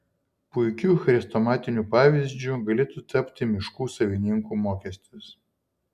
puikiu chrestomatiniu pavyzdžiu galėtų tapti miškų savininkų mokestis